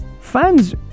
fans